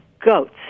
goats